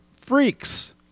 freaks